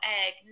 egg